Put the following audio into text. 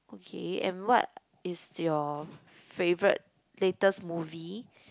okay and what is your favourite latest movie